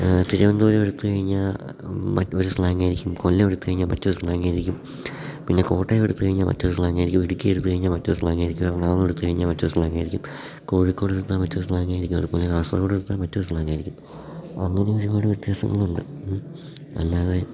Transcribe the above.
തിരുവനന്തപുരം എടുത്തു കഴിഞ്ഞാൽ ഒരു സ്ലാങ്ങായിരിക്കും കൊല്ലം എടുത്തു കഴിഞ്ഞാൽ മറ്റൊരു സ്ലാങ്ങായിരിക്കും പിന്നെ കോട്ടയം എടുത്തു കഴിഞ്ഞാൽ മറ്റൊരു സ്ലാങ്ങായിരിക്കും ഇടുക്കി എടുത്തു കഴിഞ്ഞാൽ മറ്റൊരു സ്ലാങ്ങായിരിക്കും എറണാകുളം എടുത്തു കഴിഞ്ഞാൽ മറ്റൊരു സ്ലാങ്ങായിരിക്കും കോഴിക്കോട് എടുത്താൽ മറ്റൊരു സ്ലാങ്ങായിരിക്കും അതുപോലെ കാസർഗോഡ് എടുത്താൽ മറ്റൊരു സ്ലാങ്ങായിരിക്കും അതും ഒരുപാട് വ്യത്യാസങ്ങളുണ്ട് അല്ലാതെ